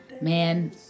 Man